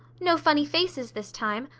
no funny faces this time!